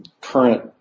current